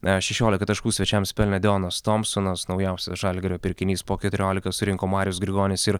a šešiolika taškų svečiams pelnė deonas tomsonas naujausias žalgirio pirkinys po keturiolika surinko marius grigonis ir